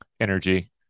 energy